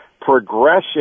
progression